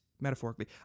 metaphorically